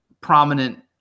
prominent